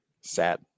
Sad